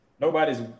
Nobody's